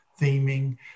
theming